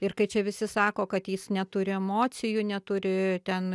ir kai čia visi sako kad jis neturi emocijų neturi ten